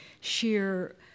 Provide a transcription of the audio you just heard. sheer